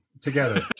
together